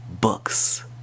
books